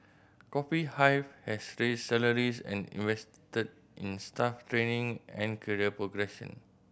Coffee Hive has raised salaries and invested in staff training and career progression